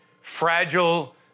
fragile